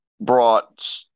brought